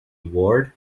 ward